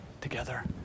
together